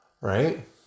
right